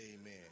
Amen